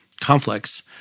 conflicts